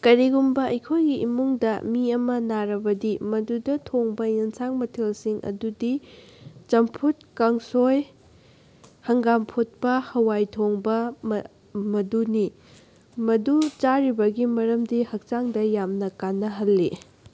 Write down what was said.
ꯀꯔꯤꯒꯨꯝꯕ ꯑꯩꯈꯣꯏꯒꯤ ꯏꯃꯨꯡꯗ ꯃꯤ ꯑꯃ ꯅꯥꯔꯕꯗꯤ ꯃꯗꯨꯗ ꯊꯣꯡꯕ ꯌꯦꯟꯁꯥꯡ ꯃꯊꯦꯜꯁꯤꯡ ꯑꯗꯨꯗꯤ ꯆꯝꯐꯨꯠ ꯀꯥꯡꯁꯣꯏ ꯍꯪꯒꯥꯝ ꯐꯨꯠꯄ ꯍꯋꯥꯏ ꯊꯣꯡꯕ ꯃꯗꯨꯅꯤ ꯃꯗꯨ ꯆꯥꯔꯤꯕꯒꯤ ꯃꯔꯝꯗꯤ ꯍꯛꯆꯥꯡꯗ ꯌꯥꯝꯅ ꯀꯥꯟꯅꯍꯜꯂꯤ